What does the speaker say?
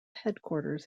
headquarters